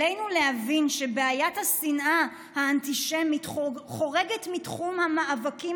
עלינו להבין שבעיית השנאה האנטישמית חורגת מתחום המאבקים